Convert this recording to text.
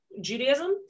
Judaism